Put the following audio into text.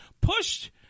pushed